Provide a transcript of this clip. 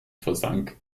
versank